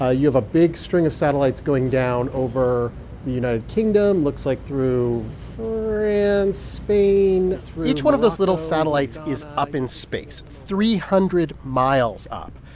ah you have a big string of satellites going down over the united kingdom, looks like through france, spain each one of those little satellites is up in space, three hundred miles up.